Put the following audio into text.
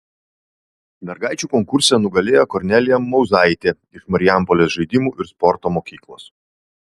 mergaičių konkurse nugalėjo kornelija mauzaitė iš marijampolės žaidimų ir sporto mokyklos